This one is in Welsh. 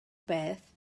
beth